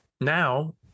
now